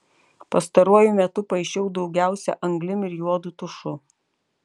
pastaruoju metu paišau daugiausia anglim ir juodu tušu